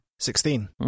Sixteen